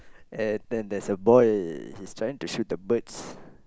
and then there is a boy he is trying to shoot the birds